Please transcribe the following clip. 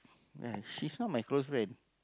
ya she is not my close friend